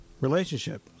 relationship